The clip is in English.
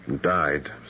died